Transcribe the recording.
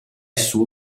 suo